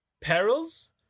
perils